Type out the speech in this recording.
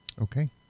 okay